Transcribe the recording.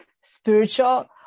Spiritual